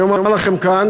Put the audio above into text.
אני אומר לכם כאן,